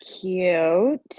Cute